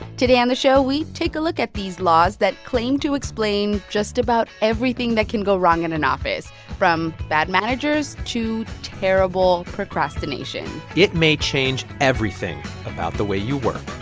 today on the show, we take a look at these laws that claim to explain just about everything that can go wrong in an office from bad managers to terrible procrastination it may change everything about the way you work.